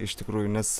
iš tikrųjų nes